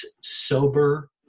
sober